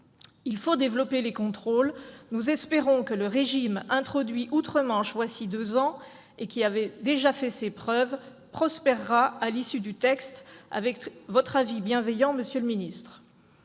Il faut développer les contrôles. Nous espérons que le régime, qui a été introduit voilà deux ans outre-Manche et qui a déjà fait ses preuves, prospérera à l'issue du texte, avec votre avis bienveillant, monsieur le ministre.